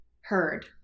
heard